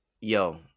Yo